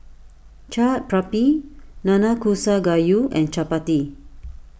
Chaat Papri Nanakusa Gayu and Chapati